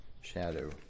shadow